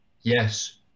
Yes